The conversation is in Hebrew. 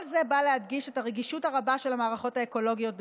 גם כשר הבריאות,